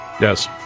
Yes